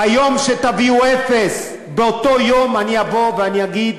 ביום שתביאו אפס, באותו יום אני אבוא ואני אגיד: